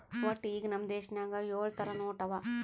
ವಟ್ಟ ಈಗ್ ನಮ್ ದೇಶನಾಗ್ ಯೊಳ್ ಥರ ನೋಟ್ ಅವಾ